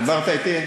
דיברת אתי?